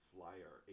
Flyer